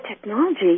technology